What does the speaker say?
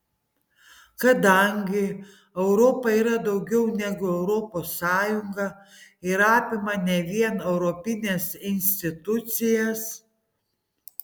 kadangi europa yra daugiau negu europos sąjunga ir apima ne vien europines institucijas